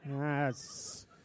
Yes